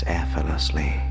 effortlessly